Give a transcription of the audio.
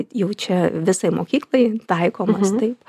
jau čia visai mokyklai taikomas tai